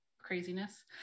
craziness